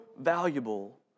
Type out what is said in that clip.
valuable